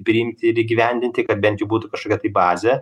priimti ir įgyvendinti kad bent būtų kažkokia tai bazė